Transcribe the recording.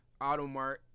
Automart